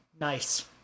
Nice